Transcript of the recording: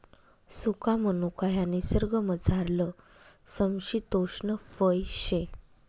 सुका मनुका ह्या निसर्गमझारलं समशितोष्ण फय शे